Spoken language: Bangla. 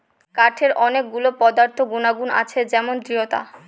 কাঠের অনেক গুলো পদার্থ গুনাগুন আছে যেমন দৃঢ়তা